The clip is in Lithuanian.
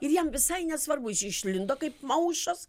ir jam visai nesvarbu jis išlindo kaip maušas